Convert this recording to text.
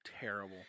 Terrible